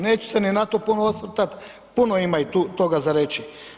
Neću se ni na to puno osvrtat, puno ima i tu toga za reći.